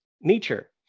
nature